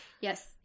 Yes